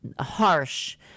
harsh